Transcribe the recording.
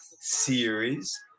series